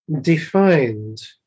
defined